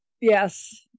Yes